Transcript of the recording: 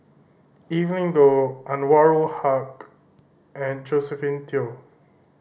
Evelyn Goh Anwarul Haque and Josephine Teo